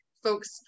folks